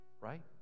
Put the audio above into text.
right